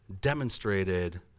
demonstrated